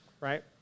right